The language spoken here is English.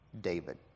David